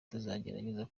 tuzagerageza